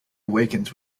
awakens